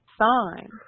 sign